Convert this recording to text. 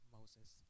Moses